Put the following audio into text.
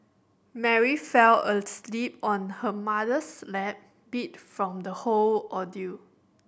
Mary fell asleep on her mother's lap beat from the whole ordeal